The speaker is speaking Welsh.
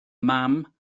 mam